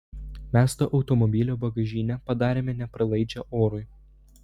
mes to automobilio bagažinę padarėme nepralaidžią orui